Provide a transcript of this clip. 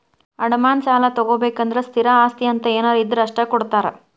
ಅಡಮಾನ ಸಾಲಾನಾ ತೊಗೋಬೇಕಂದ್ರ ಸ್ಥಿರ ಆಸ್ತಿ ಅಂತ ಏನಾರ ಇದ್ರ ಅಷ್ಟ ಕೊಡ್ತಾರಾ